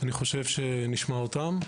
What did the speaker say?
אני חושב שנשמע אותם.